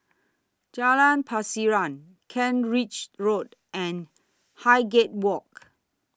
Jalan Pasiran Kent Ridge Road and Highgate Walk